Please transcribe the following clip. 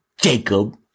Jacob